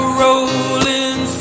rolling